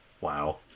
Wow